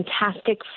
fantastic